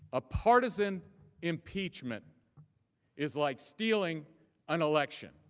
a partisan impeachment is like stealing an election.